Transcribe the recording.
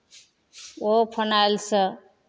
ओहो फिनाइलसँ